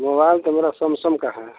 mobile तो मेरा Samsung का है